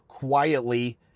quietly